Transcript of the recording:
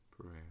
prayer